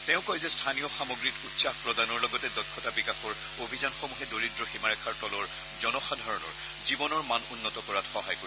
তেওঁ কয় যে স্থনীয় সামগ্ৰীত উৎসাহ প্ৰদানৰ লগতে দক্ষতা বিকাশৰ অভিযানসমূহে দৰিদ্ৰ সীমাৰেখাৰ তলৰ জনসাধাৰণৰ জীৱনৰ মান উন্নত কৰাত সহায় কৰিব